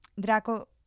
Draco